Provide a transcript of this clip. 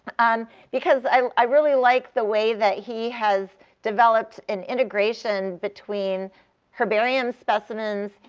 um because i really like the way that he has developed an integration between herbarium specimens,